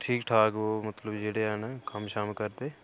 ठीक ठाक ओह् मतलब जेह्ड़े हैन कम्म शम्म करदे